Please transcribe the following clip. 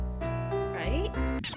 Right